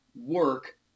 work